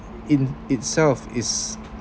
in itself is